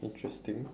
interesting